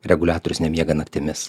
reguliatorius nemiega naktimis